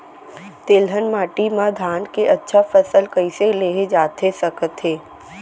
तिलहन माटी मा धान के अच्छा फसल कइसे लेहे जाथे सकत हे?